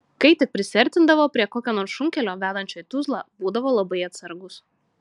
kai tik prisiartindavo prie kokio nors šunkelio vedančio į tuzlą būdavo labai atsargūs